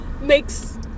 makes